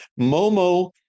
Momo